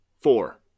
four